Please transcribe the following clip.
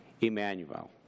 Emmanuel